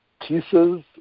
pieces